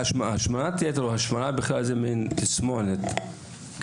השמנת יתר או השמנה בכלל זאת מן תסמונת כללית,